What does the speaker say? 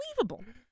unbelievable